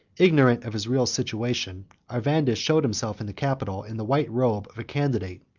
ignorant of his real situation, arvandus showed himself in the capitol in the white robe of a candidate,